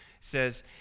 says